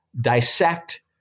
dissect